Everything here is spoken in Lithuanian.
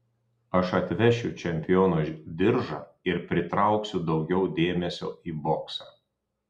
aš atvešiu čempiono diržą ir pritrauksiu daugiau dėmesio į boksą